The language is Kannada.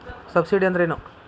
ಸಬ್ಸಿಡಿ ಅಂದ್ರೆ ಏನು?